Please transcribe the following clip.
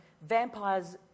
vampires